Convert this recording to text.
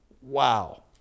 Wow